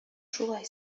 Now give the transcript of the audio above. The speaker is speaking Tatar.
шулай